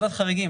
ועדת חריגים,